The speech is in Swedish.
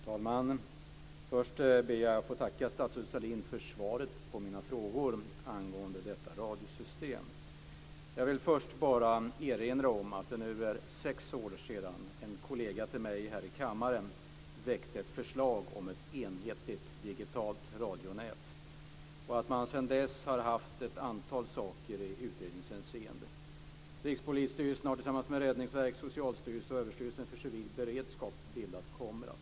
Fru talman! Först ber jag att få tacka statsrådet Sahlin för svaret på mina frågor angående detta radiosystem. Jag vill erinra om att det nu är sex år sedan en kollega till mig här i kammaren väckte ett förslag om ett enhetligt digitalt radionät. Man har sedan dess haft ett antal saker i utredningshänseende. Rikspolisstyrelsen har tillsammans med Räddningsverket, Socialstyrelsen och Överstyrelsen för civil beredskap bildat Komrad.